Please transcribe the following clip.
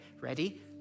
Ready